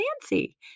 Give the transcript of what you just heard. fancy